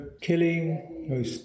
killing